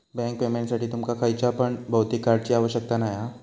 bank पेमेंटसाठी तुमका खयच्या पण भौतिक कार्डची आवश्यकता नाय हा